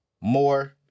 more